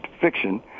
Fiction